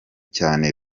cyane